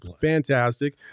fantastic